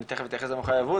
אני תכף אתייחס למחויבות,